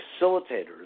facilitators